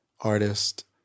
artist